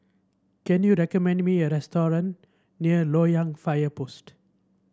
can you recommend me a restaurant near Loyang Fire Post